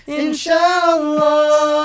inshallah